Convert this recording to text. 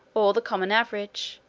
or the common average,